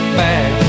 back